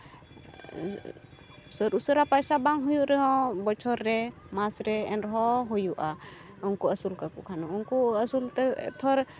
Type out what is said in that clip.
ᱩᱥᱟᱹᱨᱟ ᱯᱟᱭᱥᱟ ᱵᱟᱝ ᱦᱩᱭᱩᱜ ᱨᱮᱦᱚᱸ ᱵᱚᱪᱷᱚᱨ ᱨᱮ ᱢᱟᱥ ᱨᱮ ᱮᱱᱨᱮᱦᱚᱸ ᱦᱩᱭᱩᱜᱼᱟ ᱩᱱᱠᱩ ᱟᱹᱥᱩᱞ ᱠᱟᱠᱚ ᱠᱷᱟᱱ ᱩᱱᱠᱩ ᱟᱹᱥᱩᱞᱛᱮ